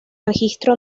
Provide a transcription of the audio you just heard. registro